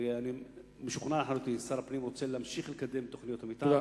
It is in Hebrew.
ואני משוכנע לחלוטין ששר הפנים רוצה להמשיך לקדם את תוכניות המיתאר.